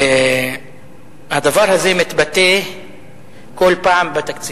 הדבר הזה מתבטא כל פעם בתקציב.